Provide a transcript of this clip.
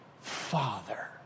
father